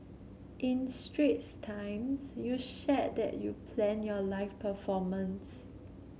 in Straits Times you shared that you planned your live performance